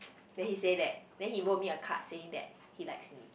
then he say that then he wrote me a card saying that he likes me